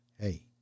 Hey